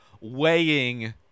weighing